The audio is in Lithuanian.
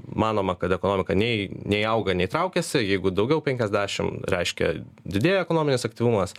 manoma kad ekonomika nei nei auga nei traukiasi jeigu daugiau penkiasdešim reiškia didėja ekonominis aktyvumas